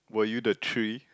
were you the three